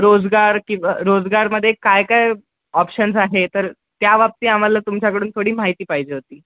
रोजगार कि ब रोजगारमध्ये काय काय ऑप्शन्स आहे तर त्या बाबती आम्हाला तुमच्याकडून थोडी माहिती पाहिजे होती